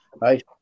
Right